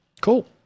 Cool